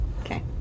Okay